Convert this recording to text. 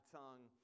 tongue